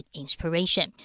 inspiration